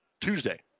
Tuesday